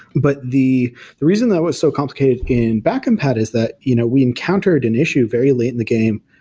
but the the reason that was so complicated in back compat is that you know we encountered an issue very late in the game,